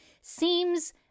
seems